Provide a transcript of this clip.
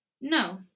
No